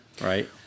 right